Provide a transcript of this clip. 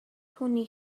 түүний